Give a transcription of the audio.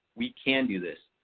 we can do this.